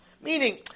Meaning